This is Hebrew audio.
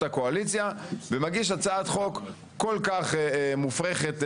הקואליציה ומגיש הצעת חוק כל כך מופרכת,